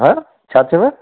हा छा चयव